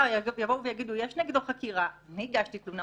יבואו ויגידו: יש נגדו חקירה, אני הגשתי תלונה,